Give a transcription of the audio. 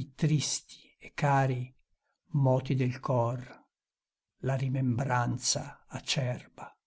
i tristi e cari moti del cor la rimembranza acerba